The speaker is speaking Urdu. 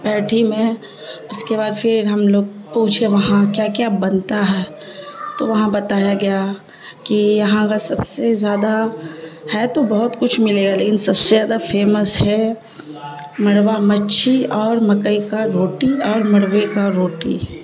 بیٹھی میں اس کے بعد پھر ہم لوگ پوچھے وہاں کیا کیا بنتا ہے تو وہاں بتایا گیا کہ یہاں کا سب سے زیادہ ہے تو بہت کچھ ملے گا لیکن سب سے زیادہ فیمس ہے مروا مچھی اور مکئی کا روٹی اور مروے کا روٹی